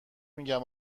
میگم